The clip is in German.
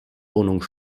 wohnung